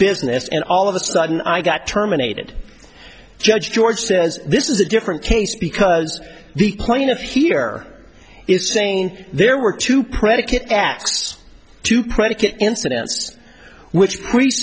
business and all of a sudden i got terminated judge george says this is a different case because the plaintiff here is saying there were two predicate acts two predicate incidents which pre